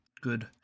good